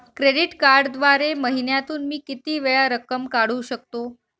Credit कार्डद्वारे महिन्यातून मी किती वेळा रक्कम काढू शकतो?